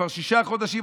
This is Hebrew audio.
כבר שישה חודשים,